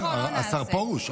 השר פרוש,